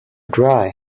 dry